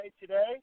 today